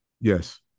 yes